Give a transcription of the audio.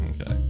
Okay